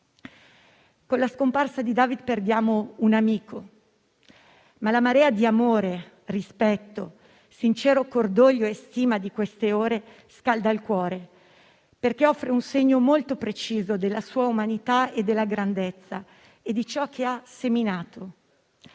Con la scomparsa di David perdiamo un amico, ma la marea di amore, rispetto, sincero cordoglio e stima di queste ore scalda il cuore, perché offre un segno molto preciso della sua umanità e della grandezza di ciò che ha seminato.